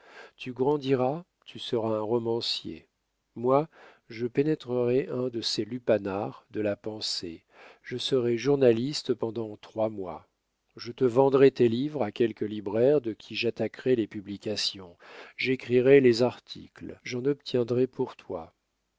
tu grandiras tu seras un romancier moi je pénétrerai dans un de ces lupanar de la pensée je serai journaliste pendant trois mois je te vendrai tes livres à quelque libraire de qui j'attaquerai les publications j'écrirai les articles j'en obtiendrai pour toi